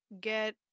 get